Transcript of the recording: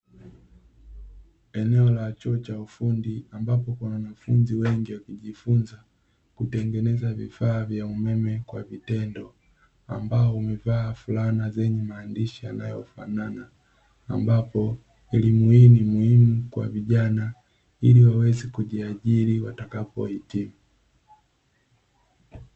Eneo la chuo cha ufundi, ambapo kuna wanafunzi wengi wakijifunza kutengeneza vifaa vya umeme kwa vitendo. Ambao wamevaa fulana zenye maandishi yanayofanana, ambapo elimu hii ni muhimu kwa vijana, ili waweze kujiajiri watakapohitimu.